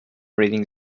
reading